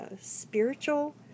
spiritual